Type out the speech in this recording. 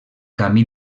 camí